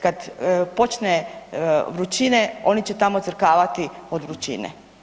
Kad počne vrućine, oni će tamo crkvati od vrućine.